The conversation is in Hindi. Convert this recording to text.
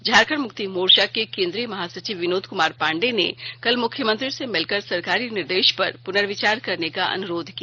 झारखंड मुक्ति मोर्चा के केंद्रीय महासचिव विनोद कुमार पांडेय ने कल मुख्यमंत्री से मिलकर सरकारी निर्देश पर पुनर्विचार करने का अनुरोध किया